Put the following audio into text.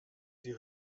sie